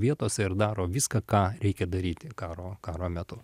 vietose ir daro viską ką reikia daryti karo karo metu